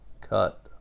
cut